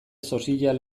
sozial